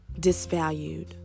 disvalued